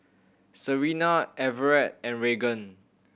Serina Everette and Raegan